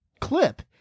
clip